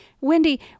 Wendy